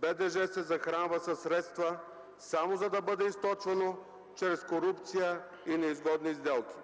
БДЖ се захранва със средства само за да бъде източвано чрез корупция и неизгодни сделки.